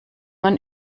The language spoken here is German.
man